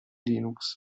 linux